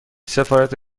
سفارت